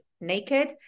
naked